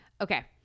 Okay